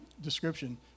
Description